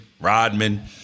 Rodman